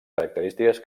característiques